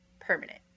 permanent